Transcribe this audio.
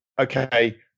okay